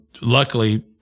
luckily